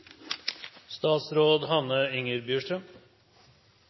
Statsråd Hanne Inger